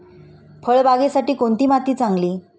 फळबागेसाठी कोणती माती चांगली?